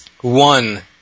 One